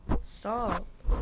Stop